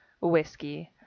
Whiskey